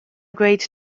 great